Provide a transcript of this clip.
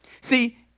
See